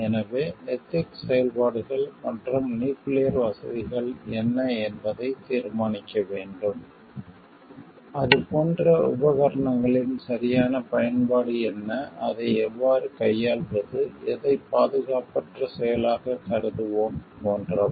எனவே எதிக்ஸ் செயல்பாடுகள் மற்றும் நியூக்கிளியர் வசதிகள் என்ன என்பதை தீர்மானிக்க வேண்டும் அது போன்ற உபகரணங்களின் சரியான பயன்பாடு என்ன அதை எவ்வாறு கையாள்வது எதை பாதுகாப்பற்ற செயலாகக் கருதுவோம் போன்றவை